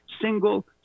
single